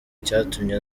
cyatumye